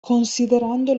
considerando